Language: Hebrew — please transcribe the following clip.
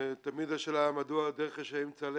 ותמיד השאלה מדוע דרך רשעים צלחה.